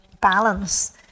balance